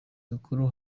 mikuru